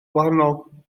wahanol